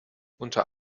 unter